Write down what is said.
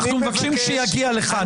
אנחנו מבקשים שיגיע לכאן.